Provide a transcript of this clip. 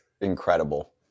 incredible